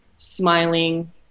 smiling